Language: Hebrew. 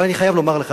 אבל אני חייב לומר לך,